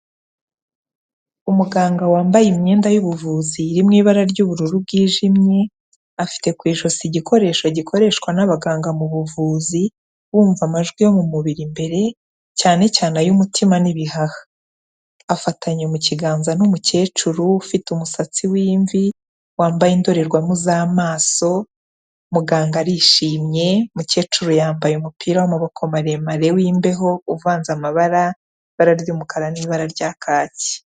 Umuganga wambaye imyenda y'ubuvuzi iri mu ibara ry'ubururu bwijimye, afite ku ijosi igikoresho gikoreshwa n'abaganga mu buvuzi wumva amajwi yo mu mubiri imbere cyane cyane ay'umutima n'ibihaha, afatanye mu kiganza n'umukecuru ufite umusatsi w'imvi wambaye indorerwamo z'amaso, muganga arishimye umukecuru yambaye umupira w'amaboko maremare w'imbeho uvanze amabara, ibara ry'umukara n'ibara rya kaki.